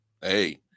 hey